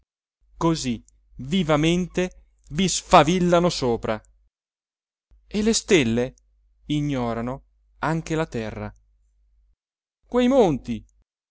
così vivamente vi sfavillano sopra e le stelle ignorano anche la terra quei monti